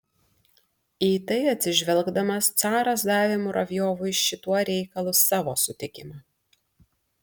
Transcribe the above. į tai atsižvelgdamas caras davė muravjovui šituo reikalu savo sutikimą